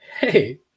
Hey